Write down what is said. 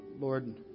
Lord